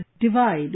divide